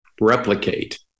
replicate